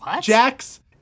Jax